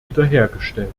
wiederhergestellt